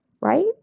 right